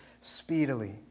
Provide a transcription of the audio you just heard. speedily